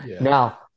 Now